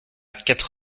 quatre